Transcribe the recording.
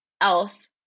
else